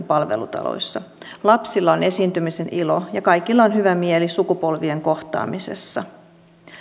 palvelutaloissa lapsilla on esiintymisen ilo ja kaikilla on hyvä mieli sukupolvien kohtaamisessa